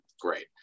Great